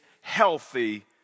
healthy